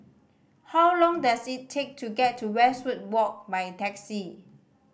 how long does it take to get to Westwood Walk by taxi